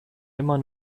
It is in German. immer